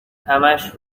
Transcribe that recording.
همش